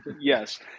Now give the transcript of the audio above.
Yes